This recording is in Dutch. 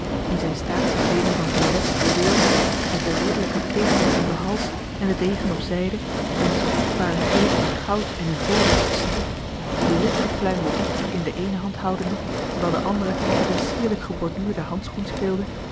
in zijne statiekleeding van violet fluweel met den ridderlijken keten om den hals en den degen op zijde wiens kostbare greep met goud en ivoor was gesierd den wit gepluimden hoed in de eene hand houdende terwijl de andere met een sierlijk geborduurden handschoen speelde